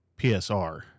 PSR